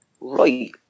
Right